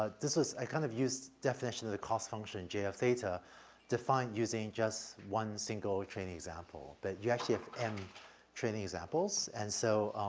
ah this was i kind of used definition of the cost function j of theta defined using just one single training example, but you actually have m training examples. and so,